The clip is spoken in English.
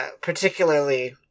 particularly